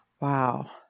Wow